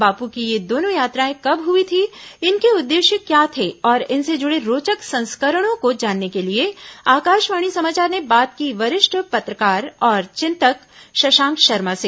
बापू की ये दोनों यात्राएं कब हुई थी इनके उद्देश्य क्या थे और इनसे जुड़े रोचक संस्करणों को जानने के लिए आकाशवाणी समाचार ने बात की वरिष्ठ पत्रकार और चिंतक शशांक शर्मा से